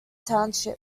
township